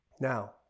Now